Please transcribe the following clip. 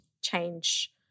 change